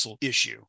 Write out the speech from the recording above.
issue